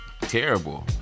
terrible